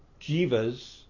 jivas